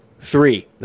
Three